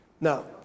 No